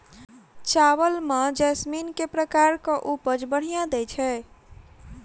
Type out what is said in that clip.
चावल म जैसमिन केँ प्रकार कऽ उपज बढ़िया दैय छै?